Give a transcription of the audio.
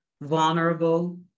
vulnerable